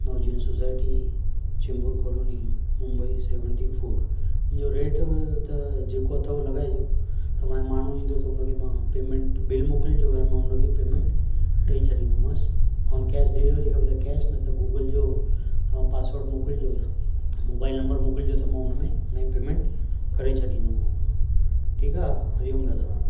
नवजीवन society Chembur colony Mumbai seventy four हिन जो rate त जेको अथव लॻाइजो तव्हां माण्हू ईंदो त उन खे मां पेमेंट बिल मोकिलिजो ऐं मां उन खे पेमेंट ॾेई छॾींदोमांसि ओन कैश डिलीवरी खपे त कैश न त गूगल जो तव्हां पासवड मोकिलिजो मोबाइल नंबर मोकिलिजो त मां उन में हुन जी पेमेंट करे छॾींदोमांव ठीकु आहे हरिओम दादा